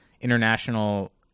international